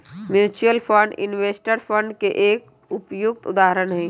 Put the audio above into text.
mutual fund investment fund के एक उपयुक्त उदाहरण हई